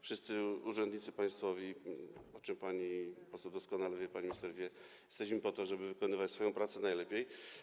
Wszyscy urzędnicy państwowi, o czym pani poseł doskonale wie, pan minister wie, jesteśmy po to, żeby wykonywać swoją pracę najlepiej.